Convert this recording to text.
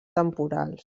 temporals